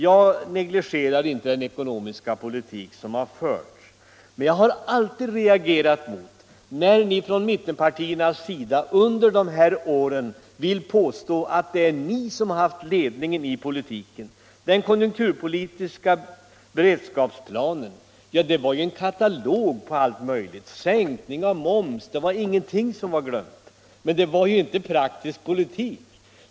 Jag negligerar inte den ekonomiska politik som förts, men jag har alltid reagerat när ni från mittenpartiernas sida under de här åren velat påstå att det är ni som haft ledningen i politiken. Den konjunkturpolitiska beredskapsplanen var ju bara en katalog över allt möjligt, sänkning av moms t.ex. Ingenting hade glömts där. Men den var ju inte praktisk politik.